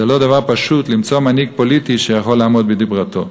זה לא דבר פשוט למצוא מנהיג פוליטי שיכול לעמוד בדברתו.